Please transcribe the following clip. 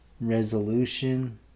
resolution